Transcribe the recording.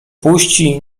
puści